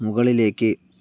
മുകളിലേക്ക്